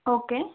okay